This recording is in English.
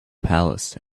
palace